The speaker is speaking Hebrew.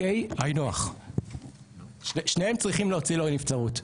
היינו הך שניהם צריכים להוציא לנבצרות.